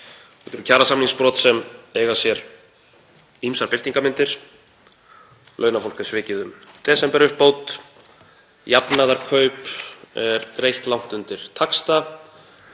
eru kjarasamningsbrot sem eiga sér ýmsar birtingarmyndir. Launafólk er svikið um desemberuppbót, jafnaðarkaup er greitt langt undir taxta,